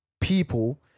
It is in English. people